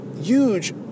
huge